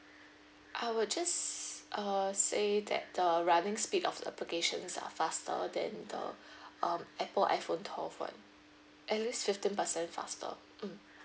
I'll just err say that err running speed of applications are faster than the um apple iphone twelve one at least fifteen percent faster mm